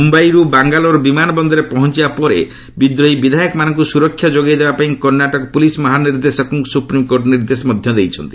ମୁମ୍ଭାଇର ବାଙ୍ଗାଲୋର ବିମାନ ବନ୍ଦରରେ ପହଞ୍ଚବା ପରେ ବିଦ୍ରୋହୀ ବିଧାୟକମାନଙ୍କୁ ସୁରକ୍ଷା ଯୋଗାଇଦେବା ପାଇଁ କର୍ଣ୍ଣାଟକ ପୁଲିସ୍ ମହାନିର୍ଦ୍ଦେଶକଙ୍କୁ ସୁପ୍ରିମକୋର୍ଟ ନିର୍ଦ୍ଦେଶ ଦେଇଛନ୍ତି